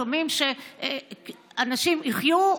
לפעמים שאנשים יחיו,